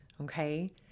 Okay